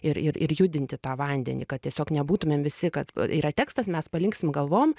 ir ir judinti tą vandenį kad tiesiog nebūtumėm visi kad yra tekstas mes paliksim galvom